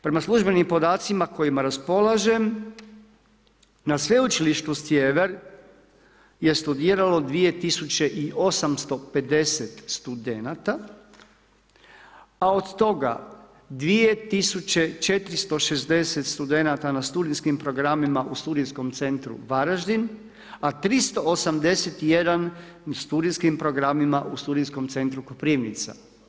Prema službenim podacima, kojima raspolažem, na Sveučilište Sjever je studiralo 2850 studenata, a od toga 2460 studenata na studijskim programima u studijskom centru Varaždin, a 381 u studijskim programima u studijskom centru Koprivnica.